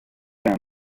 sound